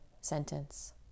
sentence